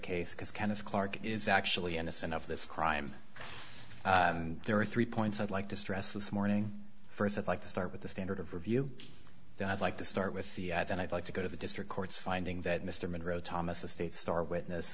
kenneth clark is actually innocent of this crime and there are three points i'd like to stress this morning st i'd like to start with the standard of review that i'd like to start with the ads and i'd like to go to the district court's finding that mr monroe thomas the state's star witness